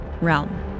Realm